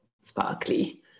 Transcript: sparkly